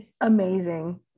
amazing